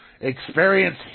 experience